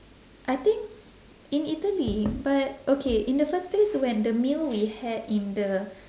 I think in italy but okay in the first place when the meal we had in the